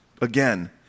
again